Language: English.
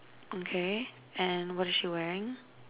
okay and what's she wearing